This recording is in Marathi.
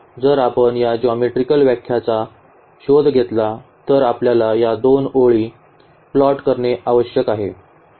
जर आपण या जिओमेट्रीकल व्याख्याचा शोध घेतला तर आपल्याला या दोन ओळी प्लॉट करणे आवश्यक आहे